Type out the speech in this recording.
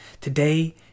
Today